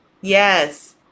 Yes